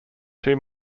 too